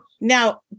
Now